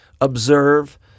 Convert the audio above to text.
observe